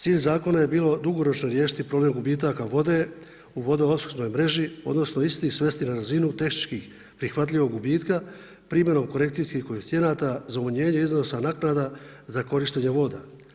Cilj Zakon je bio dugoročno riješiti problem gubitaka vode u vodoopskrbnoj mreži, odnosno, isti svesti na razinu tehnički prihvatljivog gubitka, primjenom korekcijskih koeficijenata, za umanjenje iznosa naknada za korištenje voda.